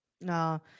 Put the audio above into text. no